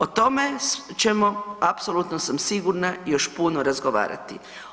O tome ćemo, apsolutno sam sigurna još puno razgovarati.